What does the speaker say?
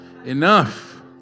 Enough